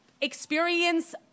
experience